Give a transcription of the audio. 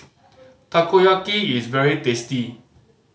takoyaki is very tasty